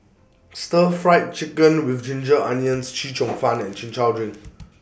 Stir Fried Chicken with Ginger Onions Chee Cheong Fun and Chin Chow Drink